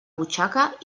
butxaca